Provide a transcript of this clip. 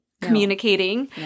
communicating